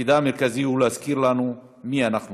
תפקידה המרכזי הוא להזכיר לנו מי אנחנו